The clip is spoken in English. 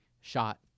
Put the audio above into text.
shot